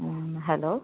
hello